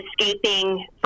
escaping